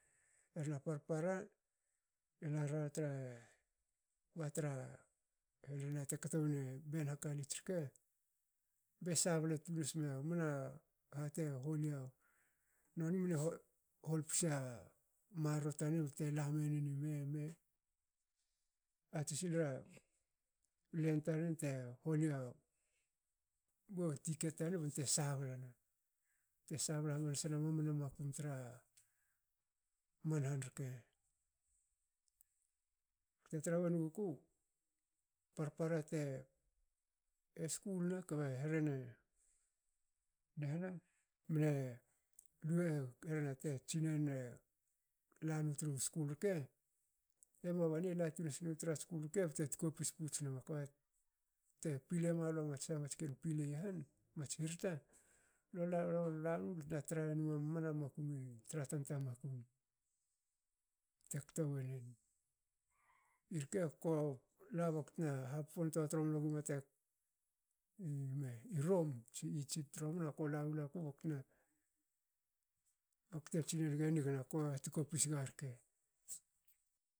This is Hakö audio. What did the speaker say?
Herna parpara elara tre ba tra herna te kto wene ben hakalits rke. be sabla tun nasmna hate holia noni mne hol psa marro tanen bte lamen ime- me ati silra ulen taren te hol ya bu ticket tanen bante sabla na bte sabla hamansa mamana makum tra man han rke. te tra wonguku parpar te e skulna kbe rhene nehna mne- mne herna te tsinene lanu tru skul rke emua bani latun sna tra skul rke bte tkopis puts nama kba te pilei memalu mats tana mats ken pilei i han, trats hirta lo lanum tna tranum mamana makum i tra tanta makum te kto wonen. irke ko la baktna happontoa tromna gumna te ime i rome tsi egypt tromna kola wolaku bakte tsinenigi e nigna ko hatko pis garke